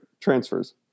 transfers